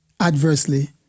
adversely